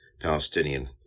Palestinian